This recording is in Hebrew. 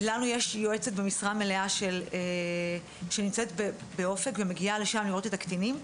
לנו יש יועצת במשרה מלאה שנמצאת באופק ומגיעה לשם לראות את הקטינים,